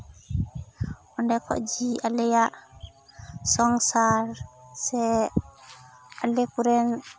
ᱚᱱᱟ ᱠᱷᱚᱱ ᱜᱮ ᱟᱞᱮᱭᱟᱜ ᱥᱚᱝᱥᱟᱨ ᱥᱮ ᱟᱞᱮ ᱠᱚᱨᱮᱱ